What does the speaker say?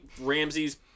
Ramsey's